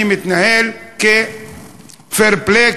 אני מתנהל ב-fair play,